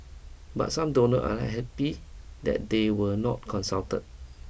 but some donor are unhappy that they were not consulted